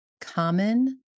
common